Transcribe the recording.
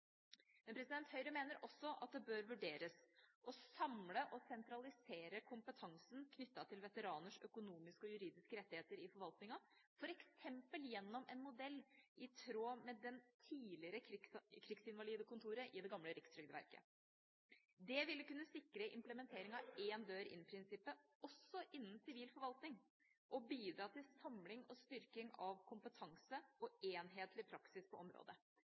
Høyre mener også at det bør vurderes å samle og sentralisere kompetansen knyttet til veteraners økonomiske og juridiske rettigheter i forvaltninga, f.eks. gjennom en modell i tråd med det tidligere krigsinvalidekontoret i det gamle Rikstrygdeverket. Det ville kunne sikre implementering av «én dør inn»-prinsippet også innen sivil forvaltning og bidra til samling og styrking av kompetanse og enhetlig praksis på området.